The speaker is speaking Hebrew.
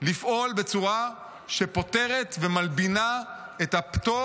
לפעול בצורה שפוטרת ומלבינה את הפטור